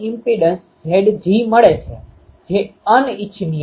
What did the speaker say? આ સામાન્ય પરિણામ છે જેને પેટર્ન ગુણાકારના સિદ્ધાંતો કહેવામાં આવે છે